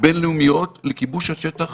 ובין-לאומיות לכיבוש השטח